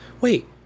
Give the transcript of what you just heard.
wait